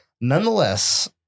Nonetheless